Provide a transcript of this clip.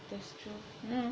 that's true